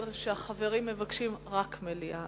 נאמר לי פה על-ידי המזכיר שהחברים מבקשים רק מליאה.